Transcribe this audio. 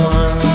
one